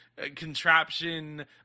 contraption